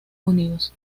unidos